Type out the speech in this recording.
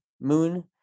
Moon